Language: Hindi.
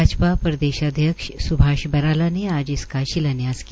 भाजपा प्रदेशाध्यक्ष सुभाष बराला ने आज इसका शिलान्यास किया